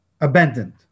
abandoned